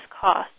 cost